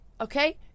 okay